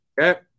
Okay